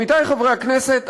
עמיתי חברי הכנסת,